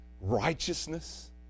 righteousness